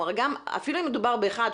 אפילו אם מדובר באחד,